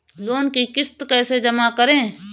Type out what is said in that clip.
Loan की किश्त कैसे जमा करें?